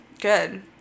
good